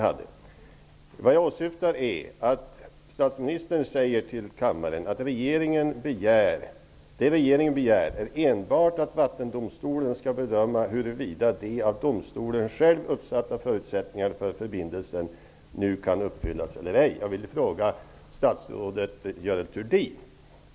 Vad jag åsyftar är att statsministern säger till kammaren att det regeringen begär enbart är att Vattendomstolen skall bedöma huruvida de av domstolen självt uppsatta förutsättningarna för förbindelsen nu kan uppfyllas eller ej.